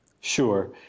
Sure